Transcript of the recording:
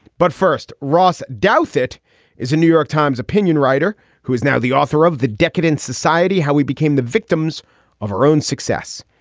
but first, ross douthat is a new york times opinion writer who is now the author of the decadent society how we became the victims of our own success.